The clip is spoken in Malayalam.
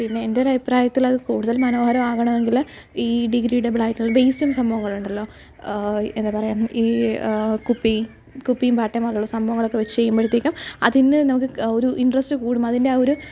പിന്നെ എൻറ്റൊരഭിപ്രായത്തില് അത് കൂടുതൽ മനോഹരാകണമെങ്കില് ഈ ഡിഗ്രിഡബിളായിട്ടുള്ള വെയിസ്റ്റും സംഭവങ്ങളും ഉണ്ടല്ലോ എന്താണു പറയുക ഈ കുപ്പി കുപ്പിയും പാട്ടപോലുള്ള സംഭവങ്ങളൊക്കെ വച്ച് ചെയ്യുമ്പോഴത്തേക്കും അതിന് നമുക്ക് ഒരു ഇൻറ്ററസ്റ്റ് കൂടും അതിൻ്റെ ആ ഒരു